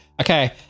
Okay